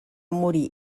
morir